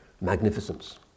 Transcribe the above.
magnificence